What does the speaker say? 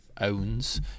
owns